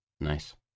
Nice